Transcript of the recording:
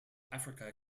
africa